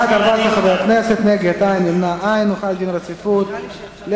הודעת הממשלה על רצונה להחיל דין רציפות על